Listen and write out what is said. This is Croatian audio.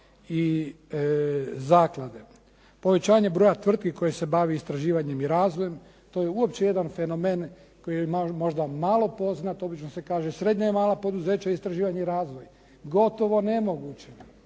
i zaklade. Povećanje broja tvrtki koje se bave istraživanjem i razvojem, to je uopće jedan fenomen koji je možda malo poznat, obično se kaže srednja i mala poduzeće za istraživanje i razvoj. Gotovo nemoguće.